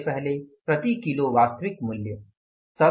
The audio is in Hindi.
सबसे पहले प्रति किलो वास्तविक मूल्य